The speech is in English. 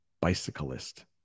Bicyclist